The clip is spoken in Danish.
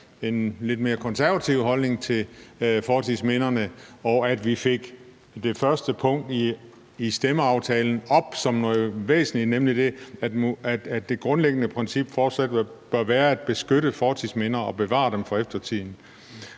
en lidt mere konservativ holdning til fortidsminderne, og at vi fik det første punkt i stemmeaftalen op som noget væsentligt, nemlig det, at det grundlæggende princip fortsat bør være at beskytte fortidsminder og bevare dem for eftertiden